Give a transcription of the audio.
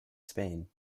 spain